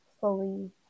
fully